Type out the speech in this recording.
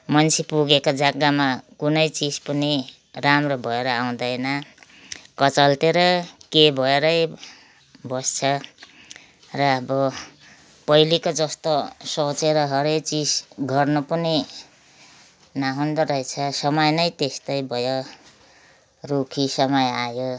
मान्छे पुगेको जग्गामा कुनै चिज पनि राम्रो भएर आउँदैन कचल्टेर के भएरै बस्छ र अब पहिलेको जस्तो सोचेर हरेक चिज गर्नु पनि नहुँदो रहेछ समय नै त्यस्तै भयो रुखी समय आयो